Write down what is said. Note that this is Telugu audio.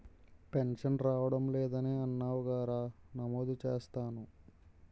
పెన్షన్ రావడం లేదని అన్నావుగా రా నమోదు చేస్తాను